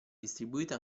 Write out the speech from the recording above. distribuita